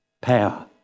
power